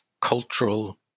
cultural